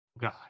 god